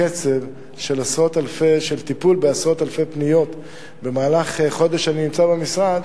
קצב של טיפול בעשרות אלפי פניות במהלך חודש שאני נמצא במשרד,